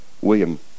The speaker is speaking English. William